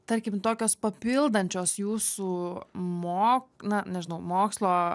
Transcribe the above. tarkim tokios papildančios jūsų mo na nežinau mokslo